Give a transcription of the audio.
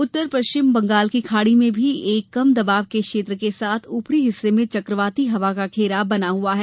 उत्तर पश्चिम बंगाल की खाड़ी में भी एक कम दबाव के क्षेत्र के साथ ऊपरी हिस्से में चक्रवाती हवा का घेरा बना हुआ है